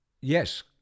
Yes